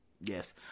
Yes